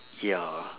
ya